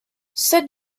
said